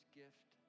gift